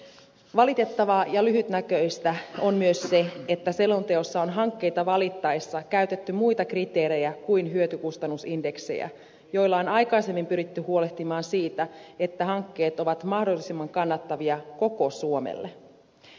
valitettavaa ja lyhytnäköistä on myös se että selonteossa on hankkeita valittaessa käytetty muita kriteerejä kuin hyötykustannus indeksejä joilla on aikaisemmin pyritty huolehtimaan siitä että hankkeet ovat mahdollisimman kannattavia koko suomelle